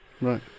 Right